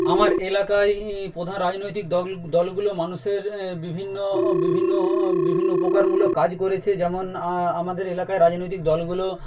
আমার এলাকায় প্রধান রাজনৈতিক দল দলগুলো মানুষের বিভিন্ন বিভিন্ন বিভিন্ন উপকারমূলক কাজ করেছে যেমন আমাদের এলাকার রাজনৈতিক দলগুলো